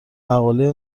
مقاله